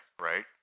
right